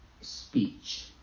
speech